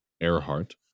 Earhart